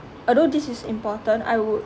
although this is important I would